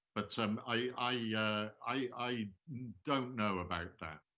but so um i yeah i don't know about that.